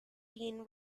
been